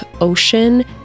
ocean